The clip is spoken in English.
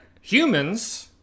Humans